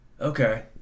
okay